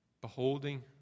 Beholding